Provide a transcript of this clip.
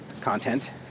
content